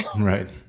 Right